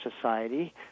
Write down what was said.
society